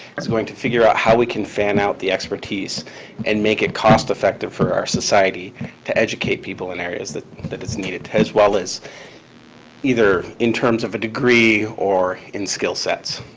is going to figure out how we can fan out the expertise and make it cost effective for our society to educate people in areas that that is needed, as well as either in terms of a degree, or in skill sets.